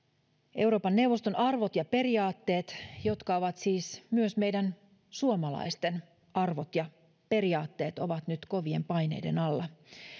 euroopan neuvoston arvot ja periaatteet jotka ovat siis myös meidän suomalaisten arvot ja periaatteet ovat nyt kovien paineiden alla